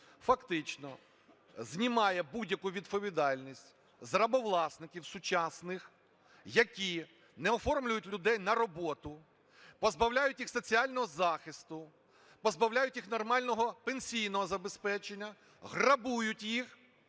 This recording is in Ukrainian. фактично знімає будь-яку відповідальність з "рабовласників" сучасних, які не оформлюють людей на роботу, позбавляють їх соціального захисту, позбавляють їх нормального пенсійного забезпечення, грабують їх